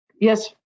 yes